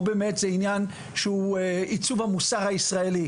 או שבאמת זה עניין שהוא עיצוב המוסר הישראלי,